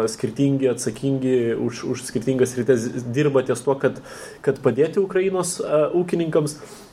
skirtingi atsakingi už už skirtingas sritis dirba ties tuo kad kad padėti ukrainos ūkininkams